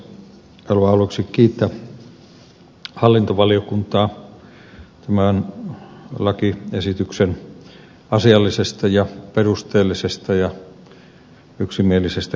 haluan aluksi kiittää hallintovaliokuntaa tämän lakiesityksen asiallisesta perusteellisesta ja yksimielisestä käsittelystä